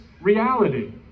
reality